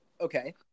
Okay